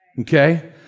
Okay